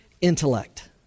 intellect